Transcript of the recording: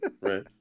right